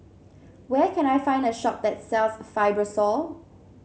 where can I find a shop that sells Fibrosol